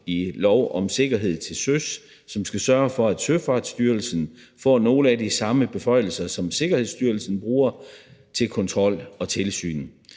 i lov om sikkerhed til søs, som skal sørge for, at Søfartsstyrelsen får nogle af de samme beføjelser, som Sikkerhedsstyrelsen bruger til kontrol og tilsyn.